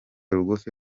rugufi